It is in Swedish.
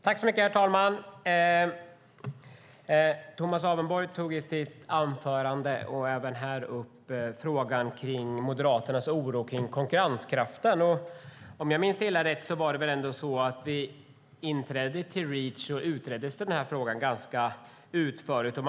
Herr talman! Tomas Avenborg tog i sitt anförande och även i sin replik upp frågan om Moderaternas oro över konkurrenskraften. Om jag minns det hela rätt utreddes den här frågan ganska utförligt vid inträdet i Reach.